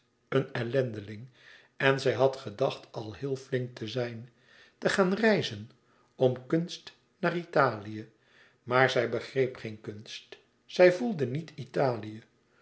een ellendeling en zij had gedacht al heel flink te zijn te gaan reizen om kunst naar italië maar zij begreep geen kunst zij voelde niet italië